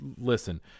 listen